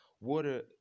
water